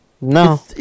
No